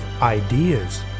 ideas